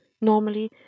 normally